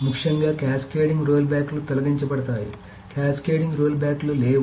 ముఖ్యంగా క్యాస్కేడింగ్ రోల్బ్యాక్లు తొలగించబడతాయి క్యాస్కేడింగ్ రోల్బ్యాక్లు లేవు